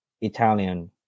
Italian